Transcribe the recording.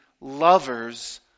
lovers